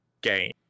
game